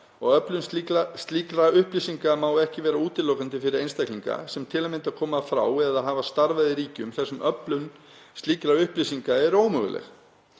og öflun slíkra upplýsinga má ekki vera útilokandi fyrir einstaklinga sem til að mynda koma frá eða hafa starfað í ríkjum þar sem öflun slíkra upplýsinga er ómöguleg.